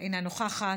אינה נוכחת,